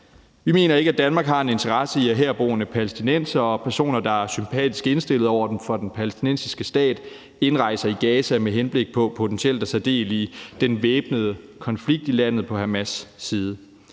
Vi mener ikke, at Danmark har en interesse i, at herboende palæstinensere og personer, der er sympatisk indstillet over for den palæstinensiske stat, indrejser i Gaza med henblik på potentielt at tage del i den væbnede konflikt i landet på Hamas' side.